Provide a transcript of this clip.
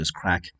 Crack